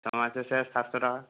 ছমাসে sir সাতশো টাকা